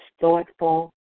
thoughtful